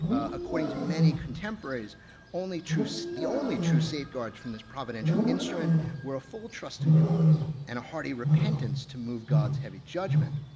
according to many contemporaries the only true so the only true safeguards from this providential instrument were a full trust in god and a hearty repentance to move god's heavy judgment.